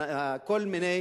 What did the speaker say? ולכן,